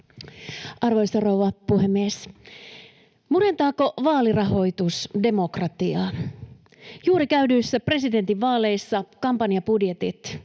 Arvoisa rouva puhemies! Murentaako vaalirahoitus demokratiaa? Juuri käydyissä presidentinvaaleissa kampanjabudjetit